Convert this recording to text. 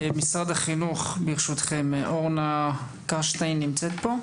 משרד החינוך אורנה קרשטיין נמצאת פה?